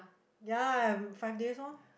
ya five days orh